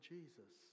Jesus